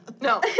No